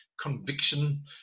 conviction